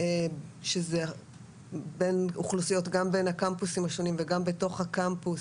שזה בין אוכלוסיות בין הקמפוסים השונים וגם בתוך הקמפוס